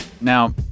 Now